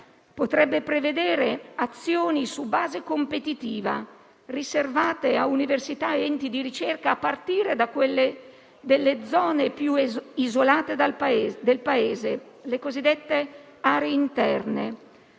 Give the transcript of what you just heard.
potrebbe prevedere azioni su base competitiva, riservate a università ed enti di ricerca, a partire da quelli delle zone più isolate del Paese, le cosiddette aree interne,